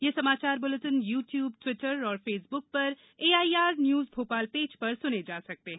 ये समाचार bulletin YouTube Twitter और फेसबुक पर एआईआर न्यूज भोपाल पेज पर सुने जा सकते हैं